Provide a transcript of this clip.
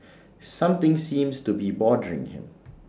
something seems to be bothering him